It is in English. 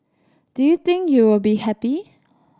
do you think you will be happy